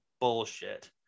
bullshit